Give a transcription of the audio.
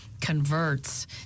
converts